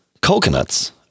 Coconuts